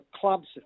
clubs